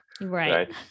Right